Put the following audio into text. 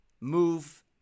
move